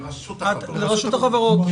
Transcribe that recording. לא לרשם החברות, לרשות החברות.